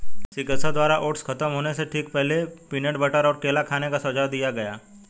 चिकित्सक द्वारा ओट्स खत्म होने से ठीक पहले, पीनट बटर और केला खाने का सुझाव दिया गया